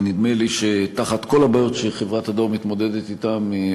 נדמה לי שעם כל הבעיות שחברת הדואר מתמודדת אתן,